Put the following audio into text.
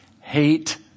hate